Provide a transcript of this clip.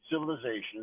civilizations